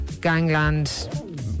gangland